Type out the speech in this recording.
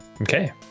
okay